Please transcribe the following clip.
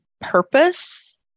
purpose